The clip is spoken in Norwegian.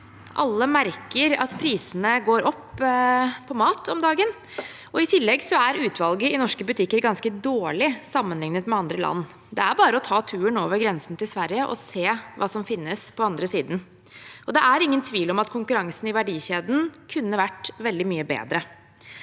Alle merker at pris- ene på mat går opp om dagen. I tillegg er utvalget i norske butikker ganske dårlig sammenlignet med andre land. Det er bare å ta turen over grensen til Sverige og se hva som finnes på den andre siden. Det er ingen tvil om at konkurransen i verdikjeden kunne vært veldig mye bedre.